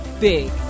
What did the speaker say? big